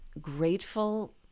grateful